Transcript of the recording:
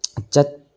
ꯆꯠ